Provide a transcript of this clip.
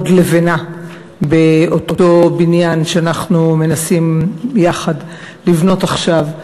עוד לבנה באותו בניין שאנחנו מנסים יחד לבנות עכשיו,